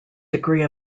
degree